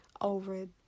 over